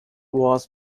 was